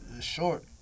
short